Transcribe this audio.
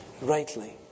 rightly